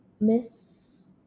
miss